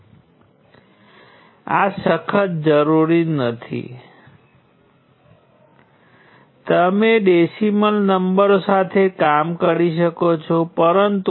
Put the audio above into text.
પરંતુ હું હવે ફક્ત આ ચોક્કસ રેઝિસ્ટર વિશે વાત કરૂ છું